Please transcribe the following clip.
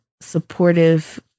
supportive